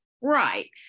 Right